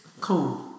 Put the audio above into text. Cool